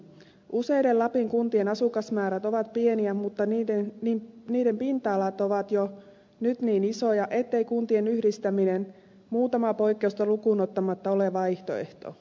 useiden lapin kuntien asukasmäärät ovat pieniä mutta niiden pinta alat ovat jo nyt niin isoja ettei kuntien yhdistäminen muutamaa poikkeusta lukuun ottamatta ole vaihtoehto